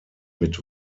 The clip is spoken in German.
mit